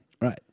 Right